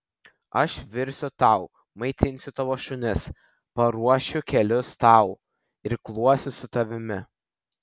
aš virsiu tau maitinsiu tavo šunis pračiuošiu kelius tau irkluosiu su tavimi